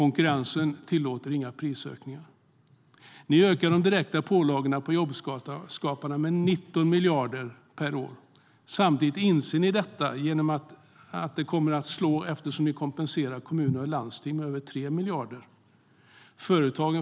Konkurrensen tillåter inga prisökningar. Regeringen ökar de direkta pålagorna på jobbskaparna med 19 miljarder per år. Samtidigt inser ni hur detta kommer att slå eftersom ni kompenserar kommuner och landsting med över 3 miljarder.